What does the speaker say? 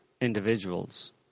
individuals